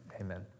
Amen